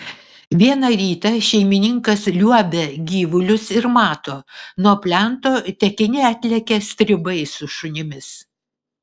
vieną rytą šeimininkas liuobia gyvulius ir mato nuo plento tekini atlekia stribai su šunimis